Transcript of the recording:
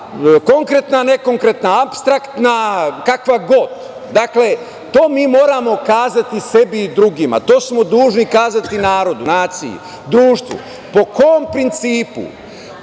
konkretna, nekonkretna, apstraktan, kakva god. Dakle, to mi moramo sebi i drugima, to smo dužni kazati narodu, naciji, društvu, po kom principu,